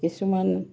কিছুমান